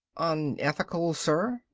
unethical, sir?